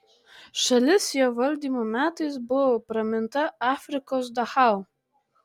šalis jo valdymo metais buvo praminta afrikos dachau